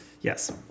Yes